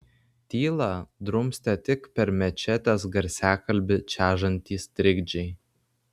tylą drumstė tik per mečetės garsiakalbį čežantys trikdžiai